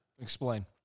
Explain